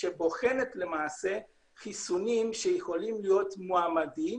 שבוחנת חיסונים שיכולים להיות מועמדים